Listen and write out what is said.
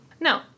No